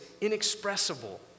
inexpressible